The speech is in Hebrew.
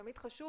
תמיד חשוב